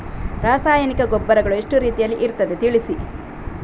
ರಾಸಾಯನಿಕ ಗೊಬ್ಬರಗಳು ಎಷ್ಟು ರೀತಿಯಲ್ಲಿ ಇರ್ತದೆ ತಿಳಿಸಿ?